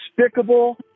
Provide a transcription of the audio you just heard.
despicable